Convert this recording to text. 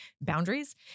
boundaries